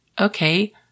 okay